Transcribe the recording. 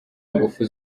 ingufu